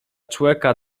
człeka